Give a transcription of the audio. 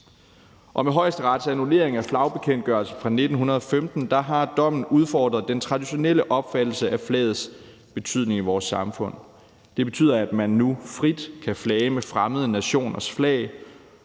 Med Højesterets annullering af flagbekendtgørelsen fra 1915 har dommen udfordret den traditionelle opfattelse af flagets betydning i vores samfund. Det betyder, at man nu frit kan flage med fremmede nationers flag,